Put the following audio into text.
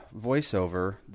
voiceover